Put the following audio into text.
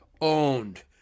Owned